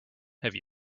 have